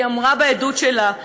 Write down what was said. והיא אמרה בעדות שלה: